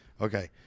Okay